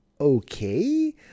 okay